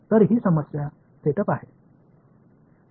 तर ही समस्या सेट अप आहे